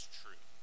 true